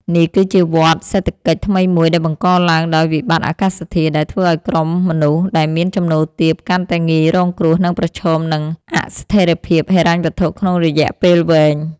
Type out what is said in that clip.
នេះគឺជាវដ្តសេដ្ឋកិច្ចថ្មីមួយដែលបង្កឡើងដោយវិបត្តិអាកាសធាតុ ដែលធ្វើឱ្យក្រុមមនុស្សដែលមានចំណូលទាបកាន់តែងាយរងគ្រោះ និងប្រឈមនឹងអស្ថិរភាពហិរញ្ញវត្ថុក្នុងរយៈពេលវែង។